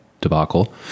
debacle